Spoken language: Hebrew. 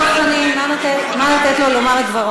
חבר הכנסת דב חנין, נא לתת לו לומר את דבריו.